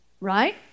Right